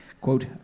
quote